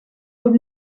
rôle